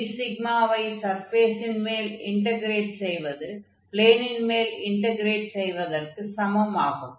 dσ ஐ சர்ஃபேஸின் மேல் இன்டக்ரேட் செய்வது ப்ளேனின் மேல் இன்டக்ரேட் செய்வதற்கு சமம் ஆகும்